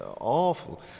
awful